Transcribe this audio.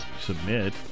Submit